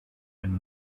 and